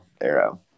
arrow